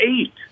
eight